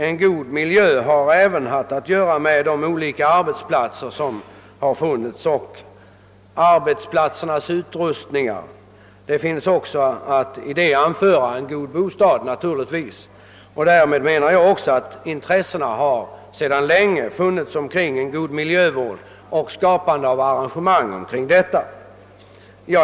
En god miljö har även haft att göra med de olika arbetsplatserna liksom med deras utrustning. I det sammanhanget kan man naturligtvis också peka på behovet av en god bostad. Därmed menar jag att det sedan länge funnits intresse för en god miljövård liksom för arrangemangen för att skapa en sådan.